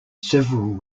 several